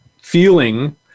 feeling